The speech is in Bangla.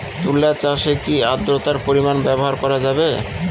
তুলা চাষে কি আদ্রর্তার পরিমাণ ব্যবহার করা যাবে?